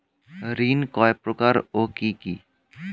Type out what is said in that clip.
ঋণ কয় প্রকার ও কি কি?